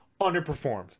Underperformed